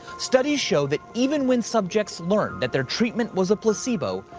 studies show that even when subjects learned that their treatment was a placebo,